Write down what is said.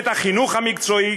את החינוך המקצועי?